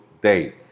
day